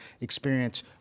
experience